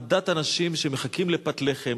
עדת אנשים שמחכים לפת לחם,